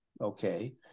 Okay